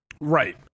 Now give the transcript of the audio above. right